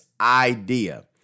idea